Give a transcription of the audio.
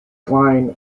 cline